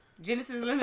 Genesis